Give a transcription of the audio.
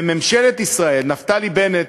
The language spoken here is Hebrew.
וממשלת ישראל, נפתלי בנט,